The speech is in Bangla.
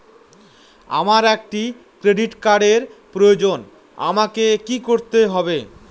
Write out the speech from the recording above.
আমার একটি ক্রেডিট কার্ডের প্রয়োজন আমাকে কি করতে হবে?